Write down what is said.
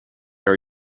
are